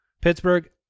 Pittsburgh